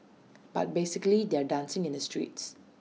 but basically they're dancing in the streets